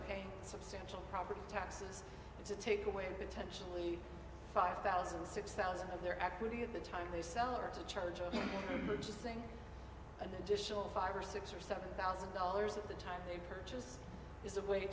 paying substantial property taxes it's a take away potentially five thousand six thousand their equity at the time they sell or to charge of you know just seeing an additional five or six or seven thousand dollars at the time they purchase is a way